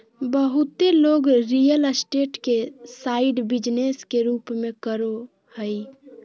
बहुत लोग real state के साइड बिजनेस के रूप में करो हइ